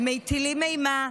מטילים אימה,